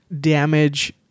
damage